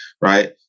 right